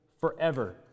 forever